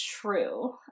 true